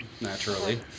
Naturally